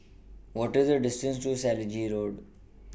What IS The distance to Selegie Road